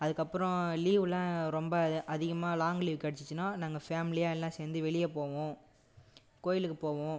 அதுக்கப்புறம் லீவுலலாம் ரொம்ப அதிகமாக லாங் லீவ் கிடச்சிச்சின்னா நாங்கள் ஃபேமிலியாக எல்லாம் சேர்ந்து வெளியே போவோம் கோவிலுக்குப் போவோம்